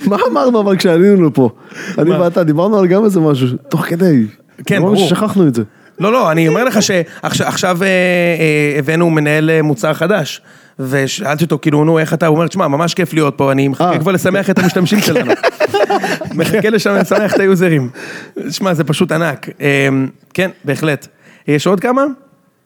מה אמרנו אבל כשעלינו פה, אני ואתה, דיברנו על גם איזה משהו, תוך כדי. כן, ברור. כמו ששכחנו את זה. לא, לא, אני אומר לך שעכשיו הבאנו מנהל מוצר חדש, ושאלתי אותו, כאילו, נו, איך אתה? הוא אומר, תשמע, ממש כיף להיות פה, אני מחכה כבר לשמח את המשתמשים שלנו. מחכה לשם לשמח את היוזרים. תשמע, זה פשוט ענק. כן, בהחלט. יש עוד כמה?